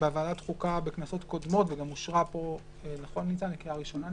בוועדת החוקה בכנסות קודמות וגם אושרה פה לקריאה ראשונה,